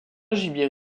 gibier